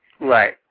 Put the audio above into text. Right